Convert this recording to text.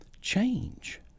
change